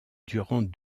durant